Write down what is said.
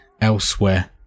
elsewhere